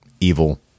evil